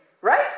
Right